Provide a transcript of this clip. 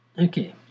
okay